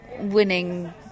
winning